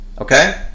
Okay